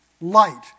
light